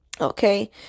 Okay